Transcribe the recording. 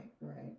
right